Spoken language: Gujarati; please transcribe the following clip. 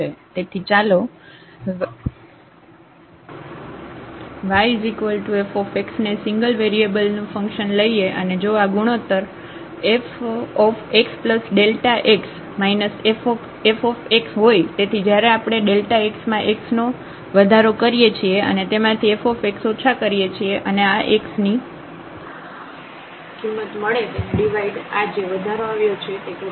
તેથી ચાલો yf ને સિંગલ વેરિયેબલ નું ફંકશન લઈએ અને જો આ ગુણોત્તર fxΔx fx હોય તેથી જ્યારે આપણે x મા x નો વધારો કરીએ છીએ અને તેમાંથી fx ઓછા કરીએ છીએ અને આ x ની કિંમત મળે તેને ડિવાઇડ આ જે વધારો આવ્યો છે તે કરીએ